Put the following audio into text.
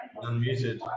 unmuted